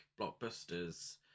blockbusters